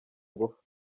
ingufu